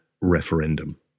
referendum